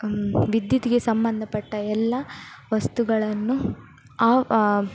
ವಿದ್ಯುತ್ತಿಗೆ ಸಂಬಂಧಪಟ್ಟ ಎಲ್ಲ ವಸ್ತುಗಳನ್ನು